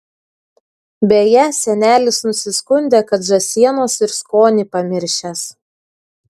beje senelis nusiskundė kad žąsienos ir skonį pamiršęs